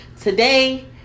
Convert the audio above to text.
today